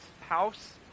house